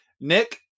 Nick